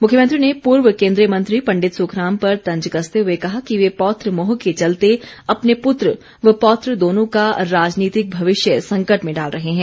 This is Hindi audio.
मुख्यमंत्री ने पूर्व केन्द्रीय मंत्री पंडित सुखराम पर तंज कसते हुए कहा कि वे पौत्र मोह के चलते अपने पुत्र व पौत्र दोनों का राजनीतिक भविष्य संकट में डाल रहे हैं